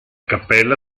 cappella